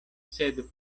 sed